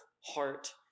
heart